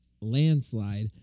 landslide